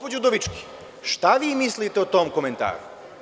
Gospođo Udovički, šta vi mislite o tom komentaru?